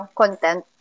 content